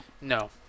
No